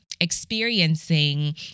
experiencing